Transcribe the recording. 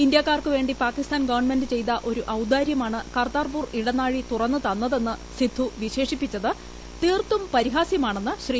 ഇന്ത്യക്കാർക്കുവേ ി പാകിസ്ഥാൻ ഗവൺമെന്റ് ചെയ്ത ഒരു ഔദാര്യമാണ് കർത്താർപൂർ ഇടനാഴി തുറന്നു തന്നതെന്ന് സിദ്ദു വിശേഷിപ്പിച്ചത് തീർത്തും പരിഹാസ്യമാണെന്ന് ശ്രീ